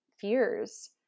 fears